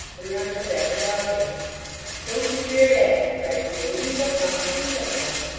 and not come back without him don't you fear that he cried gaily. he shall come, he shall come